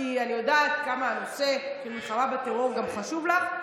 כי אני יודעת כמה הנושא של מלחמה בטרור חשוב לך.